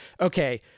okay